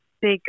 big